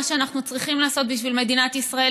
שאנחנו צריכים לעשות בשביל מדינת ישראל,